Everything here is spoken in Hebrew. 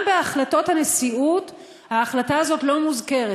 גם בהחלטות הנשיאות ההחלטה הזאת לא מוזכרת,